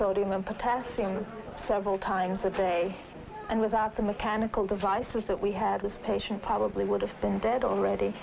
sodium and potassium several times a day and without the mechanical devices that we had this patient probably would have been dead already